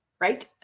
Right